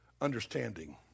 understanding